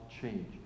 change